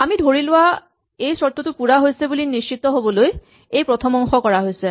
আমি ধৰি লোৱা এই চৰ্তটো পুৰা হৈছে বুলি নিশ্চিত হ'বলৈ এই প্ৰথম অংশ কৰা হৈছে